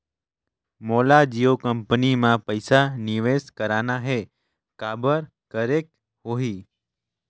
मोला जियो कंपनी मां पइसा निवेश करना हे, काबर करेके होही?